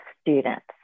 students